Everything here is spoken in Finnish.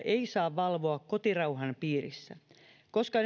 ei saa valvoa kotirauhan piirissä koska